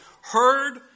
heard